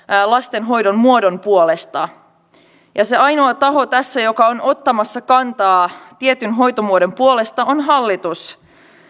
lastenhoidon muodon puolesta se ainoa taho tässä joka on ottamassa kantaa tietyn hoitomuodon puolesta on hallitus